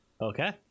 Okay